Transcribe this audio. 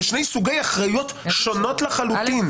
זה שני סוגי אחריות שונים לחלוטין.